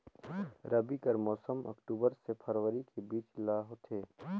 रबी कर मौसम अक्टूबर से फरवरी के बीच ल होथे